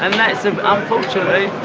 um that is, unfortunately,